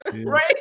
Right